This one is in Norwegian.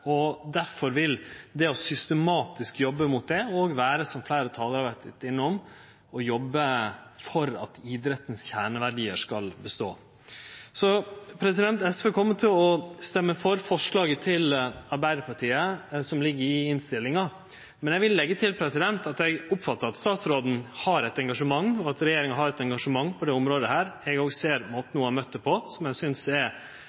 og derfor vil det å systematisk jobbe mot det òg vere – som fleire talarar har vore innom – å jobbe for at idrettens kjerneverdiar skal bestå. Så SV kjem til å stemme for forslaget til Arbeidarpartiet som ligg i innstillinga, men eg vil leggje til at eg oppfattar at statsråden – og regjeringa – har eit engasjement på dette området. Eg òg ser måten ho har møtt dette på, som eg